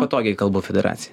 patogiai kalbu federacijai